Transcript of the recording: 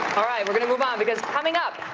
all right. we're going to move on. because coming up,